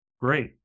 great